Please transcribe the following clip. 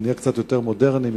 נהיה קצת יותר מודרניים,